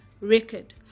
record